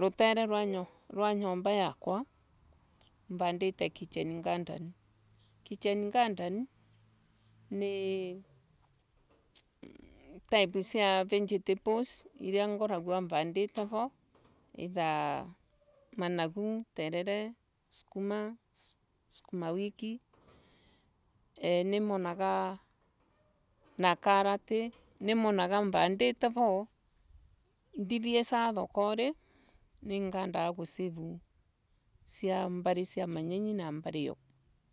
Rutere rwa nyomba yakwa vandite kichen nganden. kichen garden ni type ya vegetables iria ngoragwa vandite ta manage terere sukuma sukuma wiki. Nimonaga. Nimonaga vandite vo. ndithiisaga thokari. Ningwataga gusave sia manyinyi na sia mbali io.